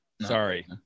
Sorry